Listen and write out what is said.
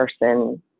person